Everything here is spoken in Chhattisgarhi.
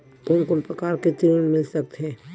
कोन कोन प्रकार के ऋण मिल सकथे?